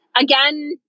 again